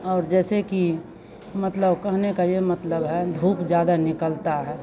और जैसे कि मतलब कहने का यह मतलब है धूप ज़्यादा निकलती है